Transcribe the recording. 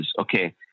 okay